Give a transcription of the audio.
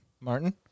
Martin